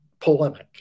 polemic